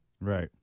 Right